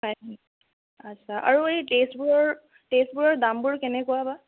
হয় আচ্ছা আৰু এই টেষ্টবোৰৰ টেষ্টবোৰৰ দামবোৰ কেনেকুৱা বা